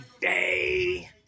day